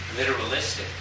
literalistic